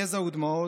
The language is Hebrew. יזע ודמעות,